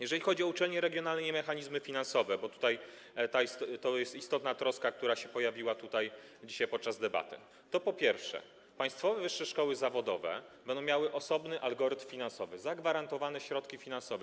Jeżeli chodzi o uczelnie regionalne i mechanizmy finansowe, bo to jest istotna troska, która się pojawiła dzisiaj podczas debaty, to, po pierwsze, państwowe wyższe szkoły zawodowe będą miały osobny algorytm finansowy, zagwarantowane środki finansowe.